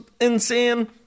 insane